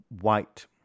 White